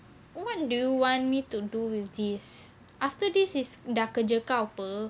what do you want me to do with this after this is dah kerja kau [pe]